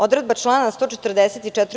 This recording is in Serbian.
Odredba člana 144.